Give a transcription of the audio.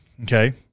okay